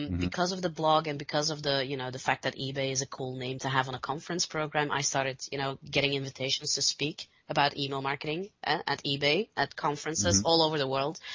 because of the blog and because of the you know the that ebay is a cool name to have in a conference program, i started you know getting invitations to speak about email marketing at ebay, at conferences all over the world.